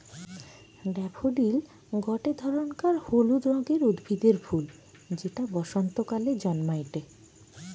daffodil গটে ধরণকার হলুদ রঙের উদ্ভিদের ফুল যেটা বসন্তকালে জন্মাইটে